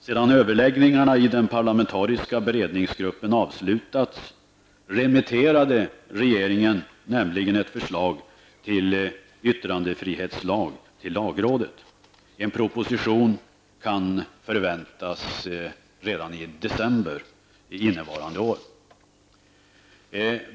Sedan överläggningarna i den parlamentariska beredningsgruppen avslutats, remitterade nämligen regeringen ett förslag till en yttrandefrihetslag till lagrådet. En proposition kan förväntas redan i december i år.